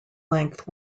length